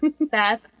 Beth